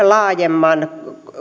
laajemman